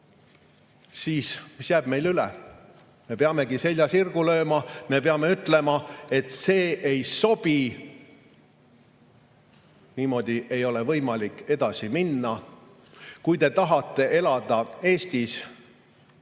siis mis jääb meil üle? Me peamegi selja sirgu lööma, me peame ütlema, et see ei sobi. Niimoodi ei ole võimalik edasi minna. Kui te tahate elada Eestis,